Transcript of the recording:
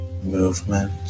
Movement